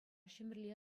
ҫӗмӗрле